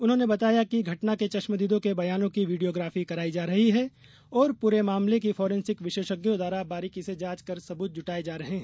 उन्होंने बताया कि घटना के चश्मदीदों के बयानों की वीडियोग्राफी कराई जा रही है और पूरे मामले की फोरेन्सिक विशेषज्ञों द्वारा बारीकी से जांच कर सबूत जुटाये जा रहे हैं